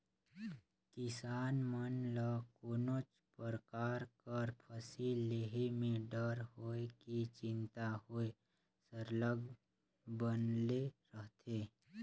किसान मन ल कोनोच परकार कर फसिल लेहे में डर होए कि चिंता होए सरलग बनले रहथे